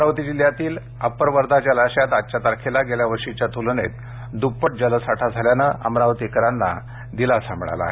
अमरावती जिल्ह्यातील अप्पर वर्धा जलाशयात आजच्या तारखेला गेल्या वर्षीच्या तुलनेत द्प्पट जलसाठा झाल्यानं अमरावतीकरांना दिलासा मिळाला आहे